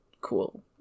cool